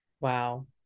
wow